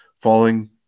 falling